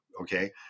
Okay